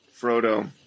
Frodo